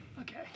Okay